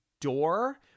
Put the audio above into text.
door